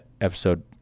episode